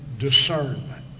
discernment